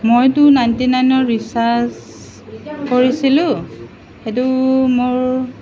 মইতো নাইণ্টি নাইনৰ ৰিচাৰ্জ কৰিছিলোঁ সেইটো মোৰ